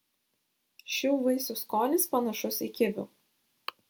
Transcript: šių vaisių skonis panašus į kivių